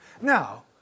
Now